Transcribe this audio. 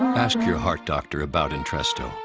ask your heart doctor about entresto.